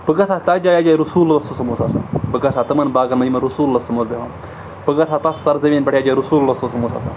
بہٕ گژھٕ ہا تَتھ جایہِ یَتھ جایہِ رسول ؐ اوس آسان بہٕ گژھٕ ہا تِمَن باغَن منٛز یِمن رسولؐ ٲسۍ بیٚہوان بہٕ گژھٕ ہا تَتھ سر زٔمیٖن پٮ۪ٹھ یَتھ جایہِ رسولؐ اوس آسان